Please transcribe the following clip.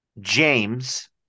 James